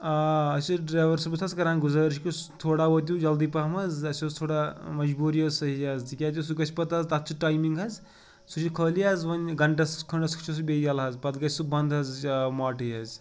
آ اَسہِ ٲسۍ ڈرٛیوَر صٲبَس حظ کَران گُزٲرِش کہِ سُہ تھوڑا وٲتِو جلدی پَہَم حظ اَسہِ اوس تھوڑا مجبوٗری حظ صحیح حظ تِکیٛازِ سُہ گژھِ پَتہٕ حظ تَتھ چھُ ٹایمِنٛگ حظ سُہ چھُ خٲلی حظ وۄنۍ گَنٹَس کھنٛڈَس چھُ سُہ بیٚیہِ یَلہٕ حظ پَتہٕ گژھِ سُہ بنٛد حظ ماٹٕے حظ